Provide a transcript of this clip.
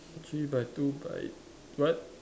three by two by what